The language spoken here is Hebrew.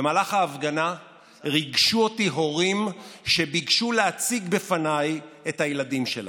במהלך ההפגנה ריגשו אותי הורים שביקשו להציג בפניי את הילדים שלהם: